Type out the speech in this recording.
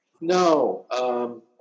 No